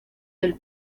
del